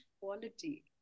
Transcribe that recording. quality